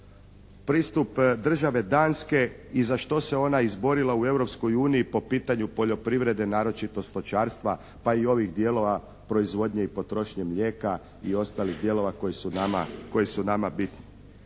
pristup države Danske i za što se ona izborila u Europskoj uniji po pitanju poljoprivrede, naročito stočarstva, a i ovih dijelova proizvodnje i potrošnje mlijeka i ostalih dijelova koji su nama bitni.